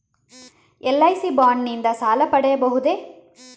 LIC bond ನಿಂದ ಸಾಲ ಪಡೆಯಬಹುದೇ?